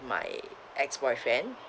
my ex-boyfriend